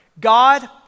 God